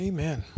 Amen